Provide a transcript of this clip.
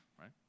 right